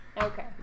Okay